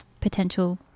potential